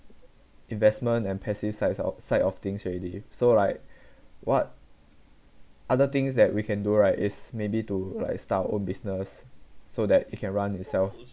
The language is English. investment and passive side of side of things already so like what other things that we can do right is maybe to like start our own business so that it can run itself